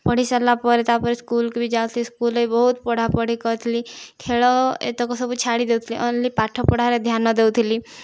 ପଢ଼ି ସାରିଲା ପରେ ତା'ପରେ ସ୍କୁଲକୁ ବି ଯାଉଥିଲି ସ୍କୁଲରେ ବି ବହୁତ ପଢ଼ା ପଢ଼ି କରୁଥିଲି ଖେଳ ଏତକ ସବୁ ଛାଡ଼ି ଦେଇଥିଲି ଓନ୍ଲି ପାଠପଢ଼ାରେ ଧ୍ୟାନ ଦେଉଥିଲି